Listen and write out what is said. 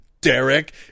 Derek